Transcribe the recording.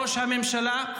ראש הממשלה.